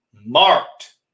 marked